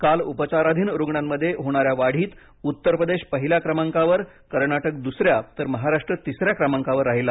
काल उपचाराधीन रुग्णांमध्ये होणाऱ्या वाढीत उत्तरप्रदेश पहिल्या क्रमांकावर कर्नाटक दुसऱ्या तर महाराष्ट्र तिसऱ्या क्रमांकावर राहिला